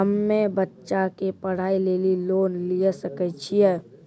हम्मे बच्चा के पढ़ाई लेली लोन लिये सकय छियै?